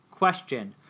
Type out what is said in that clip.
Question